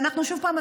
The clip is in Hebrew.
ועוד פעם,